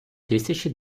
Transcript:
тисячі